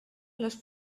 les